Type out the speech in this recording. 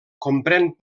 comprèn